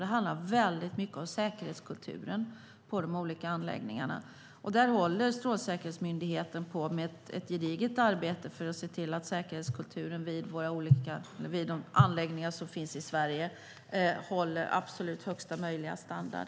Det handlar väldigt mycket också om säkerhetskulturen vid de olika anläggningarna. Där håller Strålsäkerhetsmyndigheten på med ett gediget arbete för att se till att säkerhetskulturen vid de anläggningar som finns i Sverige har absolut högsta möjliga standard.